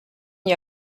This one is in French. n’y